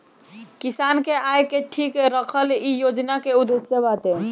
किसान के आय के ठीक रखल इ योजना के उद्देश्य बाटे